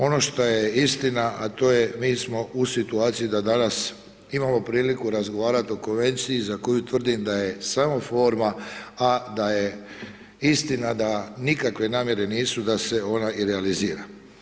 Ono što je istina, a to je, mi smo u situaciji da danas imamo priliku razgovarat o Konvenciji za koju tvrdim da je samo forma, a da je istina da nikakve namjere nisu da se ona i realizira.